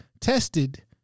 tested